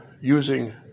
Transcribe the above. using